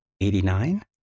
Eighty-nine